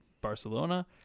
barcelona